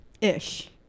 ish